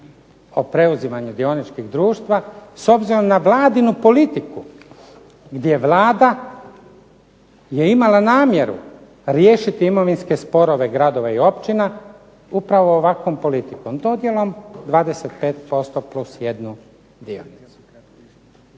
o preuzimanju dioničkih društava s obzirom na Vladinu politiku gdje Vlada je imala namjeru riješiti imovinske sporove gradova i općina upravom ovakvom politikom, dodjelom 25%+1 dionicu.